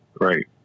right